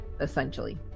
essentially